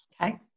okay